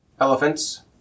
elephants